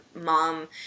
mom